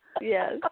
yes